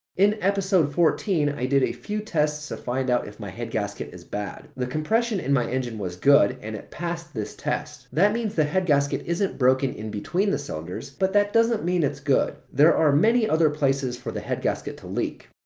in episode fourteen i did a few tests to find out if my head gasket is bad. the compression in my engine was good and it passed this test. that means the head gasket isn't broken in between the cylinders, but that doesn't mean it's good. there are many other places for the head gasket to leak.